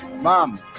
Mom